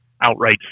outright